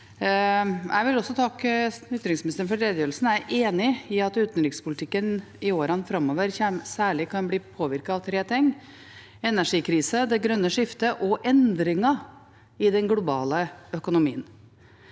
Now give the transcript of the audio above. Jeg vil også takke utenriksministeren for redegjørelsen. Jeg er enig i at utenrikspolitikken i årene framover særlig kan bli påvirket av tre ting: energikrise, det grønne skiftet og endringer i den globale økonomien.